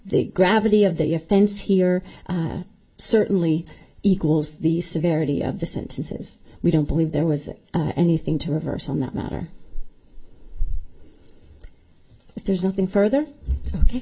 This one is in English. the gravity of the offense here certainly equals the severity of the sentences we don't believe there was anything to reverse on that matter there's nothing further